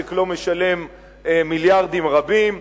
המשק לא משלם מיליארדים רבים,